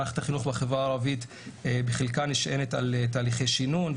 מערכת החינוך בחברה הערבית בחלקה נשענת על תהליכי שינון,